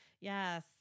Yes